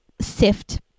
sift